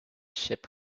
ship